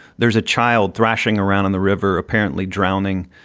there's a child thrashing around in the river, apparently drowning.